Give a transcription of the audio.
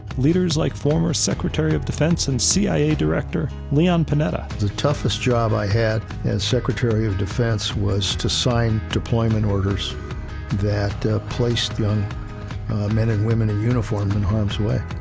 leaders like former secretary of defense and cia director leon panetta. the toughest job i had as secretary of defense was to sign deployment orders that placed young men and women in uniform in harm's way.